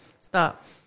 stop